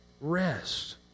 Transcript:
rest